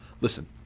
listen